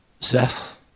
Zeth